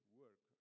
work